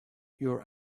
your